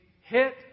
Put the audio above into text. hit